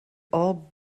all